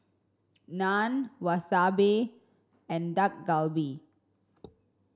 Naan Wasabi and Dak Galbi